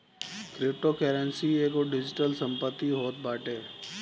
cryptocurrency एगो digital संपत्ति होत बाटे